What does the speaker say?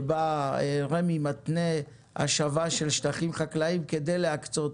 שבה רמ"י מתנה השבה של שטחים חקלאיים כדי להקצות